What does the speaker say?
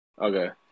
Okay